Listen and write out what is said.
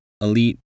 elite